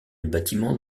bâtiment